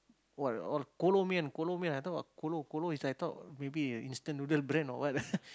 what all Kolo Mian Kolo Mian I thought what Kolo Kolo is I thought maybe a instant noodle brand or what